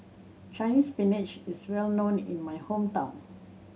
Chinese Spinach is well known in my hometown